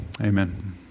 Amen